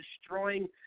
destroying